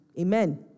Amen